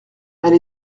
elle